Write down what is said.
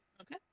Okay